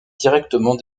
directement